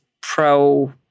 pro